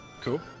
cool